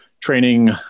training